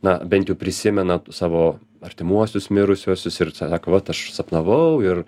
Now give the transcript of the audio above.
na bent jau prisimena savo artimuosius mirusiuosius ir sako vat aš sapnavau ir